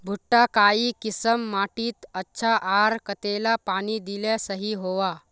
भुट्टा काई किसम माटित अच्छा, आर कतेला पानी दिले सही होवा?